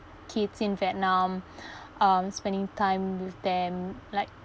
kids in vietnam um spending time with them like